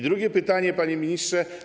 Drugie pytanie, panie ministrze.